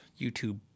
YouTube